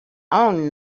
own